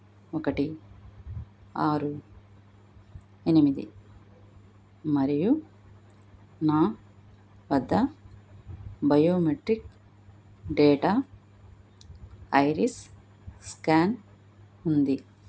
ఒకటి ఆరు ఎనిమిది మరియు నా వద్ద బయోమెట్రిక్ డేటా ఐరిస్ స్కాన్ ఉంది